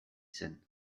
zen